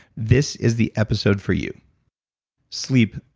this is the episode for you sleep,